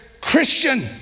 Christian